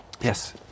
Yes